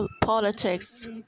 politics